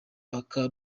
baka